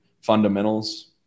fundamentals